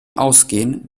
ausgehen